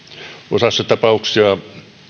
osassa tapauksia